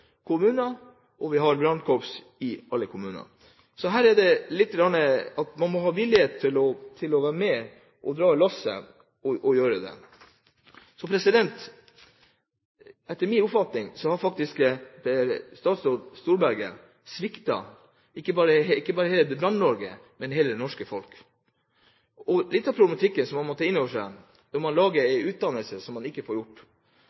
kommuner, og vi har brannkorps i alle kommuner. Så her må man ha vilje til å være med på å dra lasset – og gjøre det. Etter min oppfatning har faktisk statsråd Storberget ikke bare sviktet Brann-Norge, men også hele det norske folk. Litt av problematikken som man må ta innover seg, er at man lager en utdannelse som mange ikke får